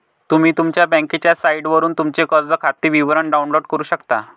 तुम्ही तुमच्या बँकेच्या साइटवरून तुमचे कर्ज खाते विवरण डाउनलोड करू शकता